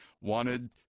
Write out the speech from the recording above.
wanted